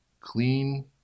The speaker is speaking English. clean